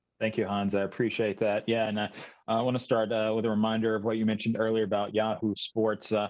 thank you, hans. i appreciate that. yeah and i want to start ah with a reminder of what you mentioned earlier about yahoo sports.